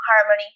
harmony